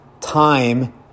time